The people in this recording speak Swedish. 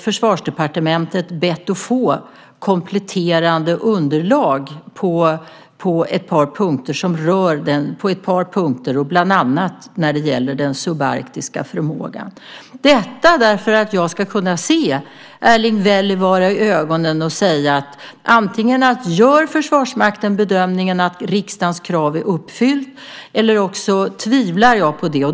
Försvarsdepartementet har bett att då få kompletterande underlag på ett par punkter, bland annat när det gäller den subarktiska förmågan - detta för att jag ska kunna se Erling Wälivaara i ögonen och säga att antingen gör Försvarsmakten bedömningen att riksdagens krav är uppfyllt, eller också tvivlar jag på det.